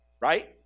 right